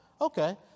Okay